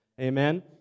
Amen